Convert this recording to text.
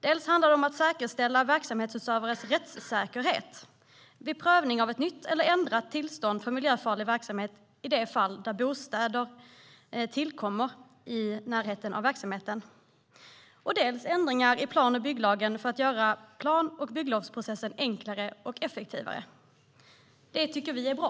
Det handlar dels om att säkerställa verksamhetsutövares rättssäkerhet vid prövning av ett nytt eller ändrat tillstånd för miljöfarlig verksamhet i de fall där bostäder tillkommer i närheten av verksamheten, dels om ändringar i plan och bygglagen för att göra plan och bygglovsprocessen enklare och effektivare. Det tycker vi är bra.